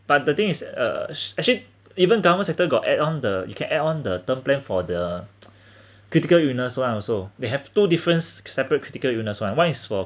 but the thing is uh actually even government sector got add on the you can add on the term plan for the critical illness one also they have two difference separate critical illness one one is for